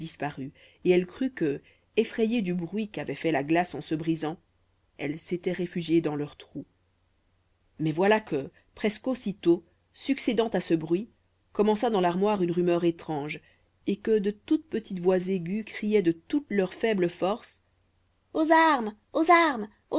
et elle crut que effrayées du bruit qu'avait fait la glace en se brisant elles s'étaient réfugiées dans leurs trous mais voilà que presque aussitôt succédant à ce bruit commença dans l'armoire une rumeur étrange et que de toutes petites voix aiguës criaient de toutes leurs faibles forces aux armes aux armes